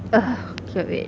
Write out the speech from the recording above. ugh okay wait